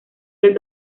del